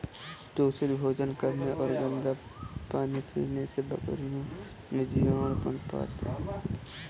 दूषित भोजन करने और गंदा पानी पीने से बकरियों में जीवाणु पनपते हैं